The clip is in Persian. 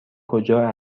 کجا